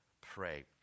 pray